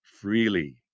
freely